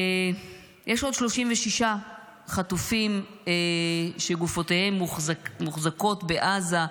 יש עוד 36 חטופים שגופותיהם מוחזקות בעזה,